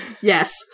Yes